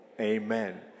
Amen